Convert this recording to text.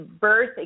birth